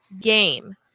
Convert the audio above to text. game